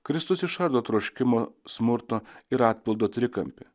kristus išardo troškimo smurto ir atpildo trikampį